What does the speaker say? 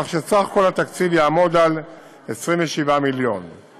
כך שסך כל התקציב יהיה 27 מיליון ש"ח.